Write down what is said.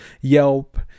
Yelp